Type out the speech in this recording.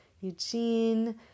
Eugene